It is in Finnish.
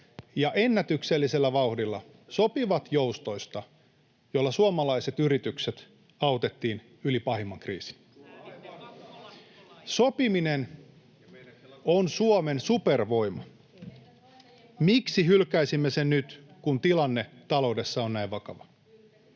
ja ennätyksellisellä vauhdilla sopivat joustoista, joilla suomalaiset yritykset autettiin yli pahimman kriisin. [Pia Sillanpää: Sääditte pakkolait!] Sopiminen on Suomen supervoima. Miksi hylkäisimme sen nyt, kun tilanne taloudessa on näin vakava?